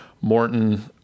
Morton